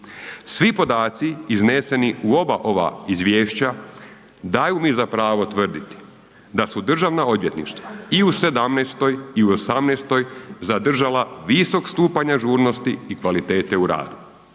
Svi podaci izneseni u oba ova izvješća daju mi za pravo tvrditi da su državna odvjetništva i u '17. i u '18. zadržala visok stupanj ažurnosti i kvalitete u radu.